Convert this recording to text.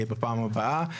בפעם הבאה.